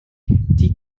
die